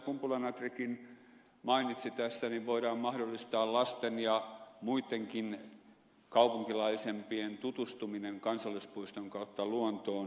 kumpula natrikin mainitsi tässä voidaan mahdollistaa lasten ja muittenkin kaupunkilaisempien tutustuminen kansallispuiston kautta luontoon